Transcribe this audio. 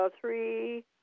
three